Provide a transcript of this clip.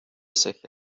سکه